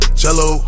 cello